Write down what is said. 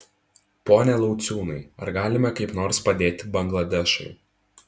pone lauciūnai ar galime kaip nors padėti bangladešui